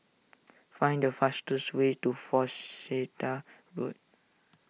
find the fastest way to Worcester Road